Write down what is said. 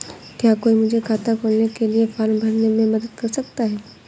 क्या कोई मुझे खाता खोलने के लिए फॉर्म भरने में मदद कर सकता है?